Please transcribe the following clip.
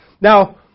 Now